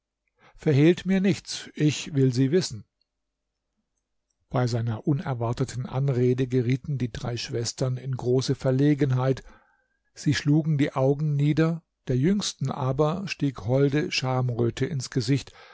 verhehlt mir nichts ich will sie wissen bei seiner unerwarteten anrede gerieten die drei schwestern in große verlegenheit sie schlugen die augen nieder der jüngsten aber stieg holde schamröte ins gesicht